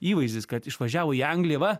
įvaizdis kad išvažiavo į angliją va